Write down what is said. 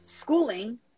schooling